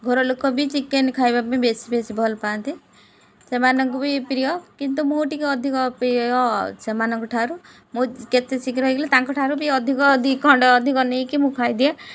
ଘରଲୋକ ବି ଚିକେନ ଖାଇବା ପାଇଁ ବେଶୀ ବେଶୀ ଭଲ ପାଆନ୍ତି ସେମାନଙ୍କୁ ବି ପ୍ରିୟ କିନ୍ତୁ ମୁଁ ଟିକେ ଅଧିକ ପ୍ରିୟ ସେମାନଙ୍କଠାରୁ ମୁଁ କେତେ ଶୀଘ୍ର ହେଇଗଲେ ତାଙ୍କଠାରୁ ବି ଅଧିକ ଦୁଇ ଖଣ୍ଡ ଅଧିକ ନେଇକି ମୁଁ ଖାଇଦିଏ